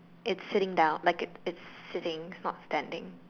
it's seating down like it's seating not standing